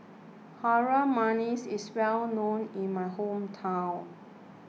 Harum Manis is well known in my hometown